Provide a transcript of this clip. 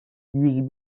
yüz